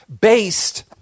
based